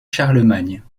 charlemagne